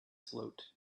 float